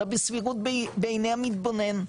אלא בסבירות בעיני המתבונן,